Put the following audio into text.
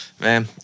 man